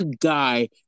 guy